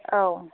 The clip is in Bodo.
औ